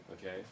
okay